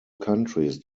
countries